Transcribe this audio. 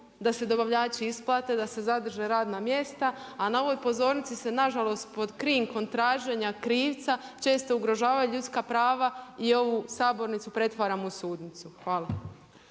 da se dobavljači isplate, da se zadrže radna mjesta a na ovoj pozornici se nažalost po krinkom traženja krivca često ugrožavaju ljudska prava i ovu sabornicu pretvaramo u sudnicu. Hvala.